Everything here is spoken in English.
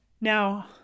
Now